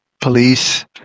police